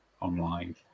online